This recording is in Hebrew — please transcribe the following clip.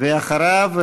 ואחריו,